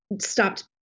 stopped